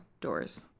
doors